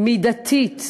הבלתי-מידתית,